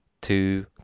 two